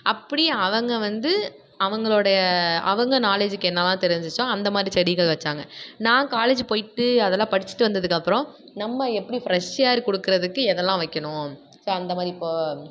அப்படி அவங்க வந்து அவங்களுடைய அவங்க நாலேஜுக்கு என்னலாம் தெரிஞ்சுச்சோ அந்த மாதிரி செடிகள் வெச்சாங்க நான் காலேஜு போய்ட்டு அதலாம் படிச்சுட்டு வந்ததுக்கு அப்புறம் நம்ம எப்படி ஃப்ரெஸ் ஏர் கொடுக்கறதுக்கு எதெல்லாம் வைக்கணும் ஸோ அந்தமாதிரி இப்போ